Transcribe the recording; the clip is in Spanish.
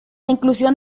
inclusión